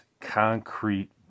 concrete